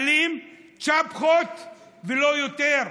צ'פחות ולא יותר.